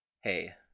hey